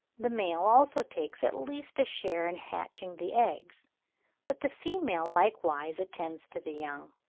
the male also takes at least a share in hatching the eggs but the female likewise attends to the young.